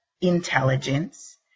intelligence